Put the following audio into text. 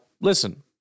listen